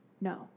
no